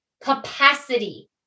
capacity